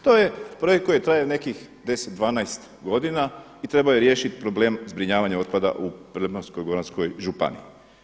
To je projekt koji je trajao nekih 10, 12 godina i trebao je riješiti problem zbrinjavanja otpada u Primorsko-goranskoj županiji.